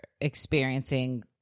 experiencing